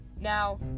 now